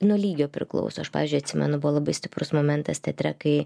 nuo lygio priklauso aš pavyzdžiui atsimenu buvo labai stiprus momentas teatre kai